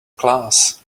class